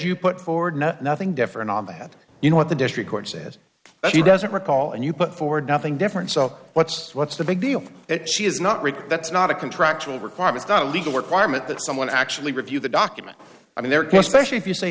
you put forward nothing different on that you know what the district court said she doesn't recall and you put forward nothing different so what's what's the big deal that she is not rich that's not a contractual requirements not a legal requirement that someone actually review the document i mean they're to special if you say